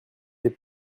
des